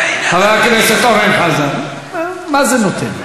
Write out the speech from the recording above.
כואב, חבר הכנסת אורן חזן, מה זה נותן?